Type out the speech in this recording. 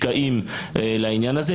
שמושקעים לעניין הזה,